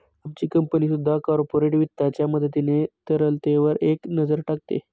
आमची कंपनी सुद्धा कॉर्पोरेट वित्ताच्या मदतीने तरलतेवर एक नजर टाकते